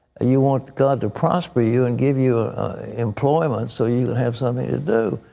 ah you want god to prosper you and give you employment so you will have something to do.